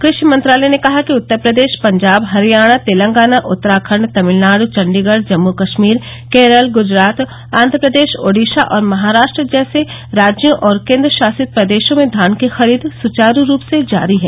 कृषि मंत्रालय ने कहा कि उत्तर प्रदेश पंजाब हरियाणा तेलंगाना उत्तराखंड तमिलनाडु चंडीगढ़ जम्मू कश्मीर केरल गुजरात आंध्र प्रदेश ओडिशा और महाराष्ट्र जैसे राज्यों और केंद्र शासित प्रदेशों में धान की खरीद सुचारु रूप से जारी है